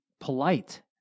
polite